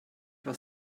was